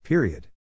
Period